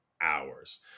hours